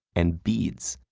and beads.